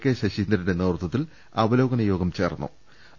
K ശശീന്ദ്രന്റെ നേതൃ ത്വത്തിൽ അവലോകന യോഗം ചേർന്നു്